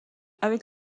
avec